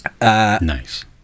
Nice